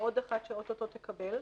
ועוד אחת שאו-טו-טו תקבל.